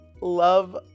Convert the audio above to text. love